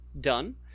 Done